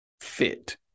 fit